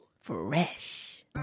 fresh